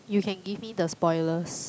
you can give me the spoilers